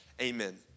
amen